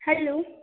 hello